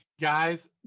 Guys